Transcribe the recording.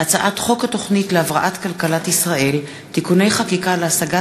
הצעת חוק התוכנית להבראת כלכלת ישראל (תיקוני חקיקה להשגת